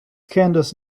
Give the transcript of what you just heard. candice